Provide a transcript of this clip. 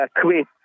quit